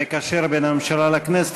המקשר בין הממשלה לכנסת.